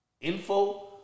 info